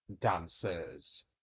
dancers